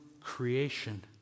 creation